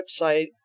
website